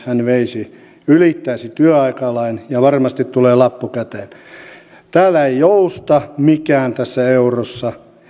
hän veisi sen kolmannen kuorman se ylittäisi työaikalain ja varmasti tulee lappu käteen mikään ei jousta tässä eurossa